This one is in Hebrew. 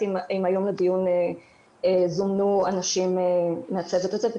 אם היום לדיון זומנו אנשים מהצוות הזה.